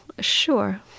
sure